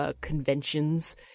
conventions